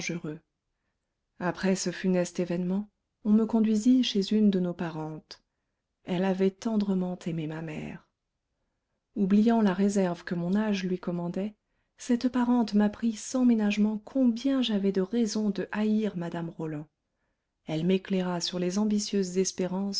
après ce funeste événement on me conduisit chez une de nos parentes elle avait tendrement aimé ma mère oubliant la réserve que mon âge lui commandait cette parente m'apprit sans ménagement combien j'avais de raisons de haïr mme roland elle m'éclaira sur les ambitieuses espérances